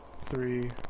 three